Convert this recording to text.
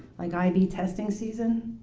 like ib testing season,